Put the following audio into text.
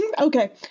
okay